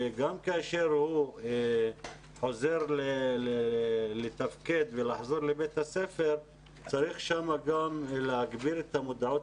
וגם כאשר הוא חוזר לתפקד ולחזור לבית הספר צריך שם להגביר את המודעות,